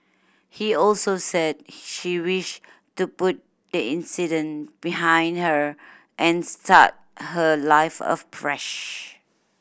he also said she wish to put the incident behind her and start her life afresh